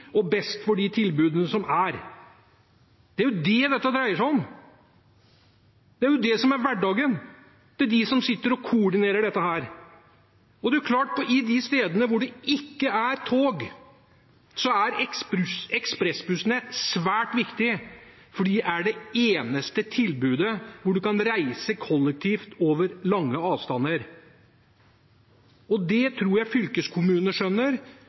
tilbudene som er. Det er jo det dette dreier seg om. Det er jo det som er hverdagen til dem som sitter og koordinerer dette. Det er klart at på de stedene der det ikke er tog, er ekspressbussene svært viktige, for det er det eneste tilbudet der man kan reise kollektivt over lange avstander. Det tror jeg fylkeskommunene skjønner.